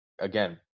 again